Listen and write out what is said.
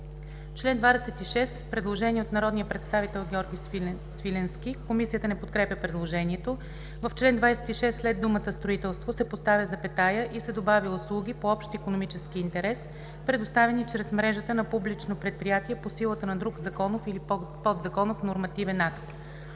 чл. 26 – предложение от народния представител Георги Свиленски. Комисията не подкрепя предложението: „В чл. 26 след думата „строителство“ се поставя запетая и се добавя „услуги от общ икономически интерес, предоставяни чрез мрежата на публично предприятие по силата на друг законов или подзаконов нормативен акт“.“